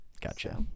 Gotcha